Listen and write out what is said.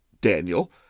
Daniel